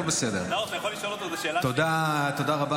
ההוא עם קוצב הלב --- אני לא יודע,